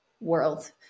world